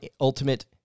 Ultimate